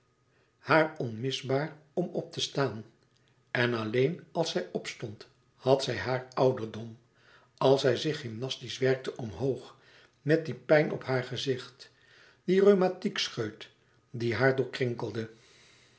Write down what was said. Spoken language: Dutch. haar onmisbaar om op te staan en alleen als zij opstond had zij haar ouderdom als zij zich gymnastisch werkte omhoog met die pijn op haar gezicht dien rhumatiekscheut die